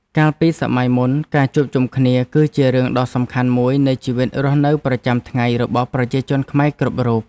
កាលពីសម័យមុនការជួបជុំគ្នា គឺជារឿងដ៏សំខាន់មួយនៃជីវិតរស់នៅប្រចាំថ្ងៃរបស់ប្រជាជនខ្មែរគ្រប់រូប។